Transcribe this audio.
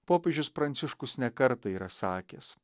popiežius pranciškus ne kartą yra sakęs